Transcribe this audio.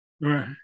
Right